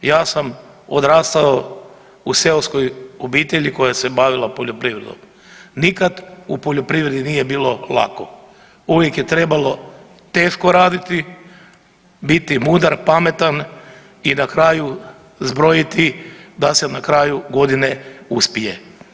Ja sam odrastao u seoskoj obitelji koja se bavila poljoprivredom, nikad u poljoprivredi nije bilo lako, uvijek je trebalo teško raditi, biti mudar, pametan i na kraju zbrojiti da se na kraju godine uspije.